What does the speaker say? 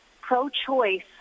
pro-choice